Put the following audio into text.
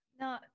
No